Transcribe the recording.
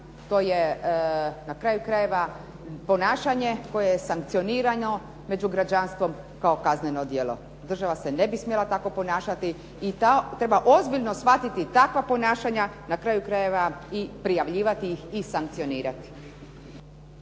to je na kraju krajeva ponašanje koje je sankcionirano među građanstvom kao kazneno djelo. Država se ne bi smjela tako ponašati i treba ozbiljno shvatiti takva ponašanja, na kraju krajeva i prijavljivati ih i sankcionirati.